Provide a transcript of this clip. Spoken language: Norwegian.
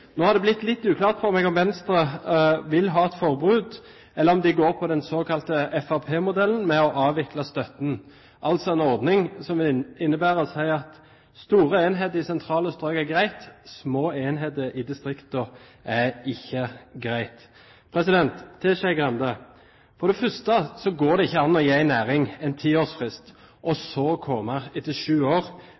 Nå har det blitt litt uklart for meg om Venstre vil ha et forbud, eller om de går for den såkalte FrP-modellen med å avvikle støtten, altså en ordning som innebærer at store enheter i sentrale strøk er greit, små enheter i distriktene er ikke greit. Til Skei Grande: For det første går det ikke an å gi en næring en tiårsfrist og så komme etter sju år